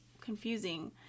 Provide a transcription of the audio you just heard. confusing